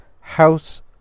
House